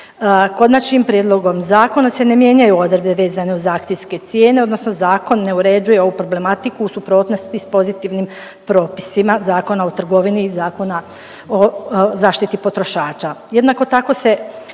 Konačnim prijedlogom zakona se ne mijenjaju odredbe vezane uz akcijske cijene, odnosno zakon ne uređuje ovu problematiku u suprotnosti s pozitivnim propisima Zakona o trgovini i Zakona o zaštiti potrošača.